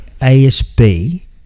ASB